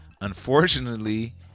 Unfortunately